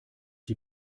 die